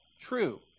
true